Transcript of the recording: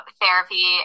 therapy